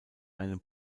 einem